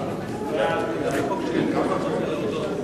נתקבל.